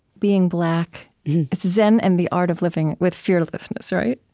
being black. it's zen and the art of living with fearlessness, right?